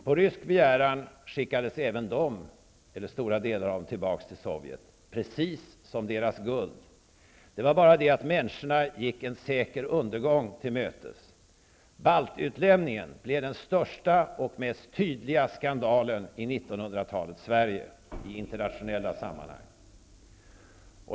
På rysk begäran skickades även stora delar av dem tillbaka till Sovjet, precis som deras guld. Det var bara det att människorna gick en säker undergång till mötes. Baltutlämningen blev den största och tydligaste skandalen i 1900-talets Sverige i internationella sammanhang.